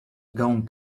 gone